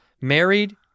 Married